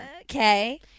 Okay